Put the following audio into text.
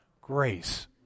Grace